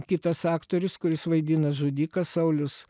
kitas aktorius kuris vaidina žudiką saulius